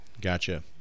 Gotcha